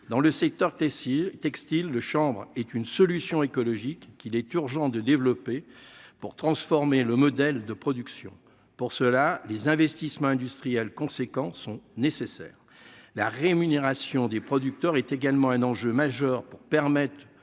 dans le secteur Tessier textile de chambre est une solution écologique qu'il est urgent de développer pour transformer le modèle de production pour cela les investissements industriels conséquent sont nécessaires, la rémunération des producteurs est également un enjeu majeur pour permettre